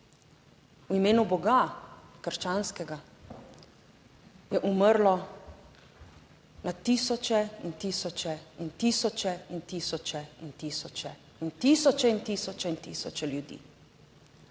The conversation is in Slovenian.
v imenu Boga krščanskega je umrlo na tisoče in tisoče in tisoče in tisoče in tisoče in tisoče in tisoče in tisoče ljudi